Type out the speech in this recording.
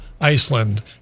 Iceland